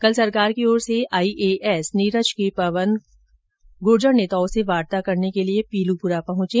कल सरकार की ओर से आईएएस नीरज के पवन गुर्जर नेताओं से वार्ता करने के लिए पीलूपुरा पहुंचे